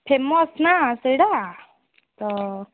famous ନା ସେଇଟା ତ